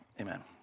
Amen